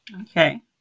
Okay